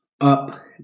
Up